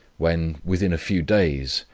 when, within a few days,